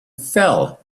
fell